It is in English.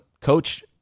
Coach